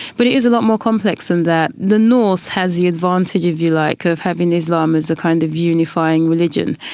but it is a lot more complex than that. the north has the advantage, if you like, of having islam as a kind of unifying religion.